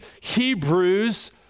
Hebrews